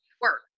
work